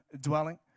dwelling